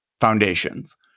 foundations